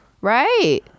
right